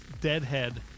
deadhead